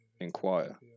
inquire